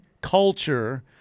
culture